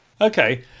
okay